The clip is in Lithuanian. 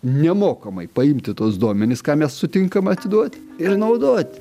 nemokamai paimti tuos duomenis ką mes sutinkam atiduoti ir naudoti